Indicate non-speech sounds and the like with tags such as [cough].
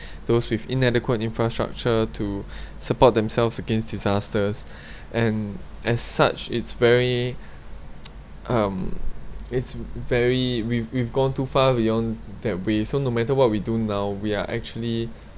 [breath] those with inadequate infrastructure to [breath] support themselves against disasters [breath] and as such it's very [breath] um it's very we've we've gone too far beyond that we so no matter what we do now we are actually